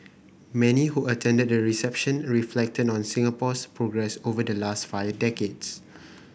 many who attended the reception reflected on Singapore's progress over the last five decades